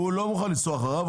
הוא לא מוכן לנסוע אחריו,